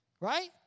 Right